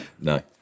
no